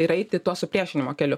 ir eiti tuo supriešinimo keliu